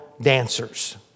dancers